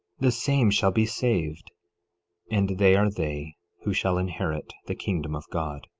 the same shall be saved and they are they who shall inherit the kingdom of god.